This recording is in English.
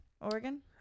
Oregon